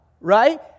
right